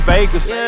Vegas